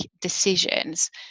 decisions